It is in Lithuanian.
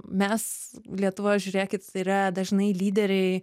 mes lietuvoje žiūrėkit yra dažnai lyderiai